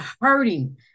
hurting